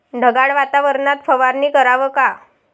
ढगाळ वातावरनात फवारनी कराव का?